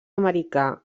americà